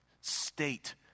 state